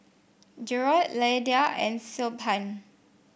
Jerod Lydia and Siobhan